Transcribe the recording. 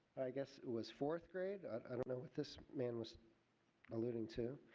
i guess it was fourth grade. i don't know what this man was alluding to.